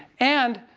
and